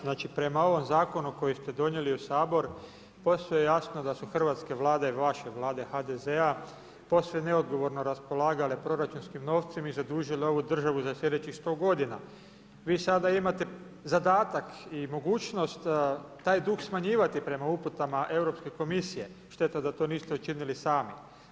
Znači, prema ovom zakonu koji ste donijeli u Sabor, postoje jasno, da su hrvatske vlade i vaše vlade HDZ-a, posve neodgovorno raspolagale proračunskim novcima i zadužile ovu državu za sljedećih 100 g. Vi sada imate zadatak i mogućnost taj dug smanjivati prema uputama Europske komisije, šteta što to niste učinili sami.